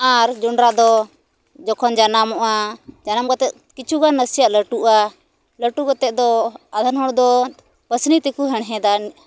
ᱟᱨ ᱡᱚᱸᱰᱨᱟ ᱫᱚ ᱡᱚᱠᱷᱚᱱ ᱡᱟᱱᱟᱢᱚᱜᱼᱟ ᱡᱟᱱᱟᱢ ᱠᱟᱛᱮᱫ ᱠᱤᱪᱷᱩ ᱜᱟᱱ ᱱᱟᱥᱮᱭᱟᱜ ᱞᱟᱹᱴᱩᱜᱼᱟ ᱞᱟᱹᱠᱴᱩ ᱠᱟᱛᱮᱫ ᱫᱚ ᱟᱫᱷᱮᱱ ᱦᱚᱲ ᱫᱚ ᱯᱟᱹᱥᱱᱤ ᱛᱮᱠᱚ ᱦᱮᱲᱦᱮᱫᱟ